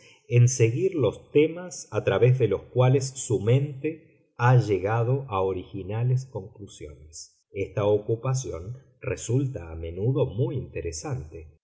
en seguir los temas a través de los cuales su mente ha llegado a originales conclusiones esta ocupación resulta a menudo muy interesante